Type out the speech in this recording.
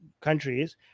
countries